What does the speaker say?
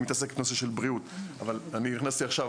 היא מתעסקת בנושא של בריאות.